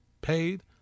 paid